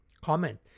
Comment